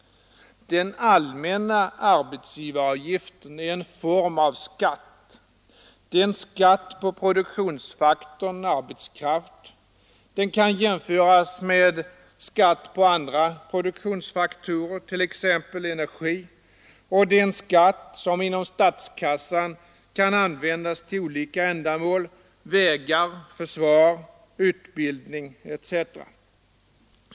Den allmänna arbetsgivaravgiften är en form av skatt. Det är en skatt på produktionsfaktorn arbetskraft. Den kan jämföras med skatt på andra produktionsfaktorer, t.ex. energi, och det är en skatt som inom statskassan kan användas till olika ändamål: vägar, försvar, utbildning etc.